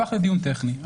הפך לדיון טכני.